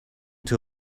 too